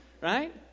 Right